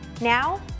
Now